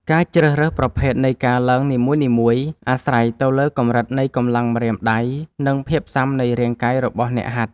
ការជ្រើសរើសប្រភេទនៃការឡើងនីមួយៗ អាស្រ័យទៅលើកម្រិតនៃកម្លាំងម្រាមដៃ និងភាពស៊ាំនៃរាងកាយរបស់អ្នកហាត់។